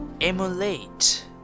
emulate